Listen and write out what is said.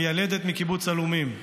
מיילדת מקיבוץ עלומים,